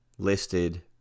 listed